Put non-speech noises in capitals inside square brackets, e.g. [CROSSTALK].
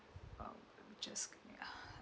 oh just give me a [BREATH]